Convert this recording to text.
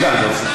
הבנו.